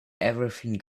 everything